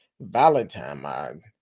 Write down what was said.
valentine